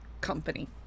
company